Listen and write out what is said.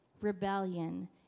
rebellion